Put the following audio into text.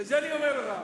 בגלל זה אני אומר לך: